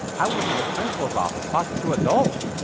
i went to the principal's office talking to adults,